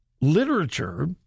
Literature